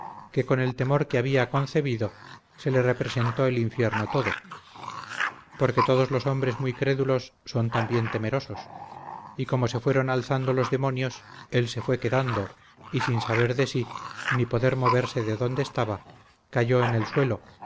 que con el temor que había concebido se le representó el infierno todo porque todos los hombres muy crédulos son también temerosos y como se fueron alzando los demonios él se fue quedando y sin saber de sí ni poder moverse de donde estaba cayó en el suelo